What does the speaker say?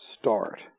start